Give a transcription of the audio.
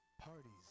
Parties